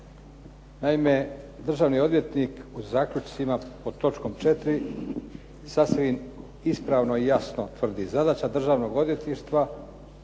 Naime, državni odvjetnik u zaključcima pod točkom 4. sasvim ispravno i jasno tvrdi, zadaća Državnog odvjetništva